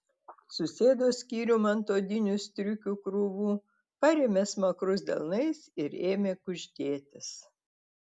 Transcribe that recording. susėdo skyrium ant odinių striukių krūvų parėmė smakrus delnais ir ėmė kuždėtis